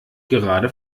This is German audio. gerade